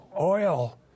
oil